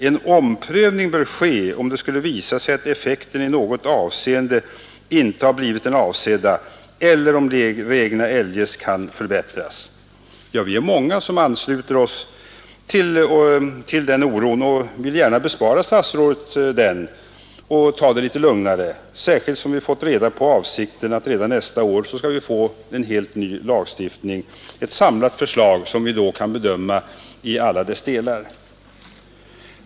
En omprövning bör ske, om det skulle visa sig att effekten i något avseende inte har blivit den avsedda eller om reglerna eljest kan förbättras.” Vi är många som ansluter oss till detta och som gärna vill bespara statsrådet denna oro genom att man tar det litet lugnare, särskilt som vi, som sagt var, fått reda på att avsikten är att vi redan nästa år skall få ett samlat förslag till helt ny lagstiftning som vi då kan bedöma i alla dess delar.